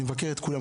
אני מבקר את כולם.